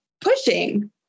pushing